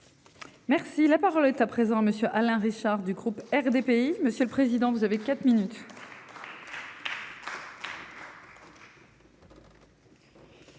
Merci la parole est à présent monsieur Alain Richard du groupe RDPI monsieur le président vous avez quatre minutes.